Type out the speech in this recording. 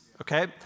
okay